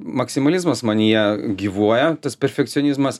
maksimalizmas manyje gyvuoja tas perfekcionizmas